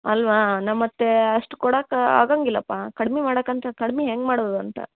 ಅಲ್ಲವಾ ನಾವು ಮತ್ತು ಅಷ್ಟು ಕೊಡಕಾ ಆಗಂಗಿಲ್ಲಪ್ಪ ಕಡಿಮೆ ಮಾಡಕ್ಕಂತ ಕಡಿಮೆ ಹೆಂಗೆ ಮಾಡೋದು ಅಂತ